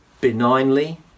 benignly